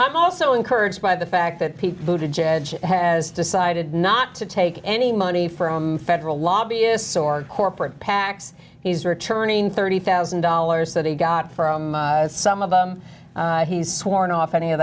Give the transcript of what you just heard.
i'm also encouraged by the fact that people voted jad has decided not to take any money from federal lobbyists or corporate pacs he's returning thirty thousand dollars that he got from some of them he's sworn off any of